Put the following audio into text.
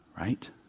Right